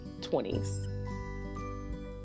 20s